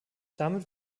damit